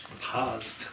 Pause